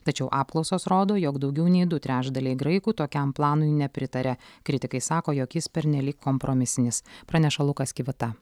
tačiau apklausos rodo jog daugiau nei du trečdaliai graikų tokiam planui nepritaria kritikai sako jog jis pernelyg kompromisinis praneša lukas kivita